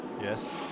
yes